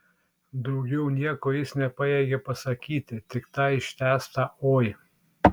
daugiau nieko jis nepajėgė pasakyti tik tą ištęstą oi